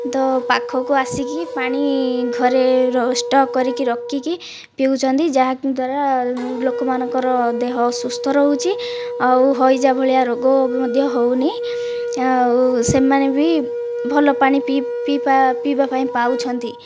ତ ପାଖକୁ ଆସିକି ପାଣି ଘରେ ଷ୍ଟକ କରିକି ରଖିକି ପିଉଛନ୍ତି ଯାହା ଦ୍ଵାରା ଲୋକମାନଙ୍କର ଦେହ ଅସୁସ୍ଥ ରହୁଛି ଆଉ ହଇଜା ଭଳିଆ ରୋଗ ମଧ୍ୟ ହେଉନାହିଁ ଆଉ ସେମାନେ ବି ଭଲ ପାଣି ପିଇବା ପାଇଁ ପାଉଛନ୍ତି